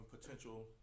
potential